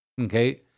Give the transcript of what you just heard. Okay